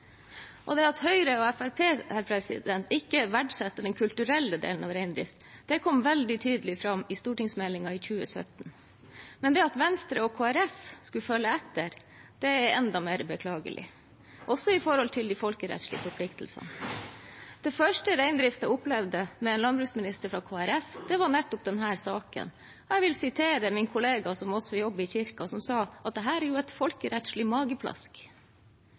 Det at Høyre og Fremskrittspartiet ikke verdsetter den kulturelle delen av reindrift, kom veldig tydelig fram i stortingsmeldingen i 2017. Men det at Venstre og Kristelig Folkeparti skulle følge etter, er enda mer beklagelig, også med tanke på de folkerettslige forpliktelsene. Det første reindriften opplevde med en landbruksminister fra Kristelig Folkeparti, var nettopp denne saken. Jeg vil sitere en kollega som også jobber i kirken, som sa at dette er et folkerettslig mageplask.